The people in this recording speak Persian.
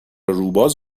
روباز